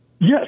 Yes